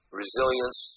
resilience